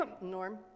Norm